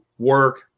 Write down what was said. work